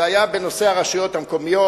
זה היה בנושא הרשויות המקומיות.